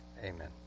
amen